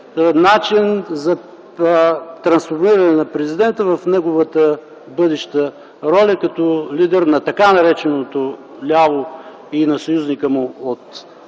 начин за трансформиране на президента в неговата бъдеща роля като лидер на така нареченото ляво и на съюзника му